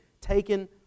taken